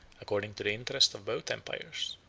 according to the interest of both empires.